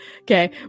okay